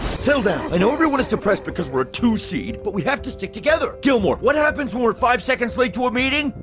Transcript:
down i know everyone is depressed because we're a two seed but we have to stick together. gilmore what happens when we're five seconds late to a meeting?